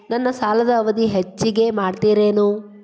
ನನ್ನ ಸಾಲದ ಅವಧಿ ಹೆಚ್ಚಿಗೆ ಮಾಡ್ತಿರೇನು?